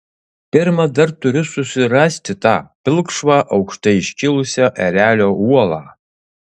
pirma dar turiu susirasti tą pilkšvą aukštai iškilusią erelio uolą